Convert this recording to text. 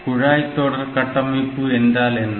குழாய் தொடர் கட்டமைப்பு என்றால் என்ன